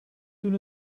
toen